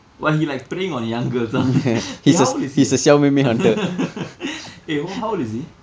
!wah! he like preying on young girls ah eh how old is he ah eh how old is he